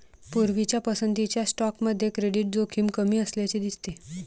पूर्वीच्या पसंतीच्या स्टॉकमध्ये क्रेडिट जोखीम कमी असल्याचे दिसते